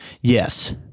Yes